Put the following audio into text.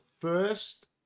first